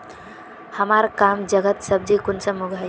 हमार कम जगहत सब्जी कुंसम उगाही?